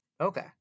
Okay